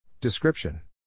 Description